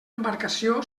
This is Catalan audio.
embarcació